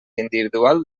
individual